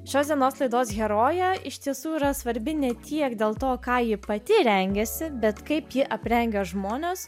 šios dienos laidos heroję iš tiesų yra svarbi ne tiek dėl to ką ji pati rengiasi bet kaip ji aprengia žmones